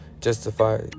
justify